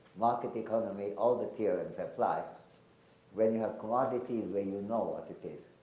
market economy, all the theorems apply when you have commodities where you know what it is.